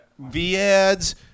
VADs